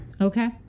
Okay